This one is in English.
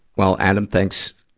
well, adam. thanks,